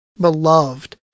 beloved